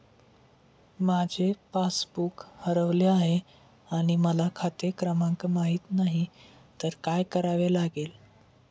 माझे पासबूक हरवले आहे आणि मला खाते क्रमांक माहित नाही तर काय करावे लागेल?